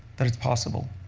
that it's possible.